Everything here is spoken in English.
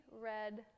red